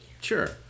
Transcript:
Sure